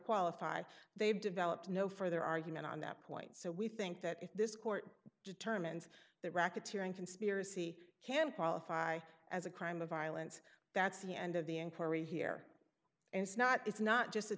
qualify they've developed no further argument on that point so we think that this court determines that racketeering conspiracy can qualify as a crime of violence that's the end of the inquiry here and it's not it's not just a